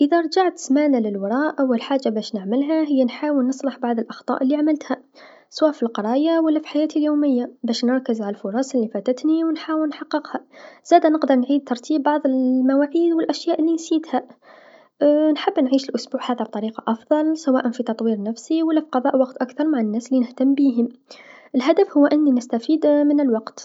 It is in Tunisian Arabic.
إذا رجعت سمانه للوراء أول حاجه باش نعملها هي نحاول نصلح بعض الأخطاء لعملتها سوا فى القرايه و لا في الحياة اليوميه باش نركز على الفرص لفتتني و نحاول نحققها، زادا نقدر نرتب بعض المواعيد و الأشياء لنسيتها نحب نعيش الأسبوع هذا بطريقه أفضل سواء في تطوير نفسي و لا قضاء الوقت أكثر مع الناس لنهتم بيهم، الهدف هو أني نستفيد من الوقت.